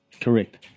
Correct